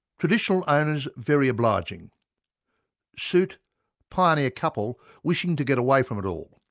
traditional owners very obliging suit pioneer couple wishing to get away from it all.